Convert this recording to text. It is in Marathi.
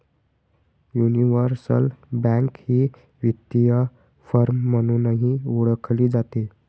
युनिव्हर्सल बँक ही वित्तीय फर्म म्हणूनही ओळखली जाते